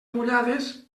mullades